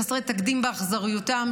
חסרי תקדים באכזריותם,